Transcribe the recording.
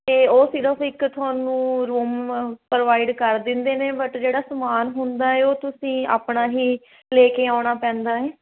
ਅਤੇ ਉਹ ਸਿਰਫ ਇੱਕ ਤੁਹਾਨੂੰ ਰੂਮ ਪ੍ਰੋਵਾਈਡ ਕਰ ਦਿੰਦੇ ਨੇ ਬਟ ਜਿਹੜਾ ਸਮਾਨ ਹੁੰਦਾ ਏ ਉਹ ਤੁਸੀਂ ਆਪਣਾ ਹੀ ਲੈ ਕੇ ਆਉਣਾ ਪੈਂਦਾ ਏ